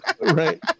Right